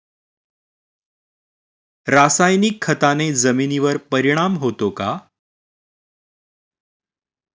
रासायनिक खताने जमिनीवर परिणाम होतो का?